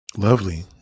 Lovely